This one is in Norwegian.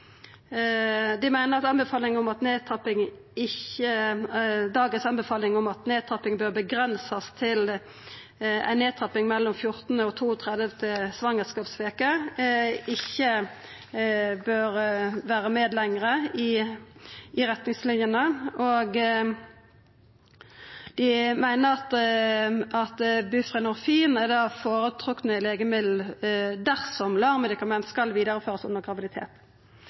Dei meiner at dagens anbefaling om at nedtrapping bør avgrensast til ei nedtrapping mellom 14. og 32. svangerskapsveke, ikkje lenger bør vera med i retningslinjene. Dei meiner at buprenorfin er det føretrekte legemiddelet dersom LAR-medikament skal vidareførast under graviditet. Så anbefaler dei at ein skal